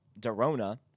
Dorona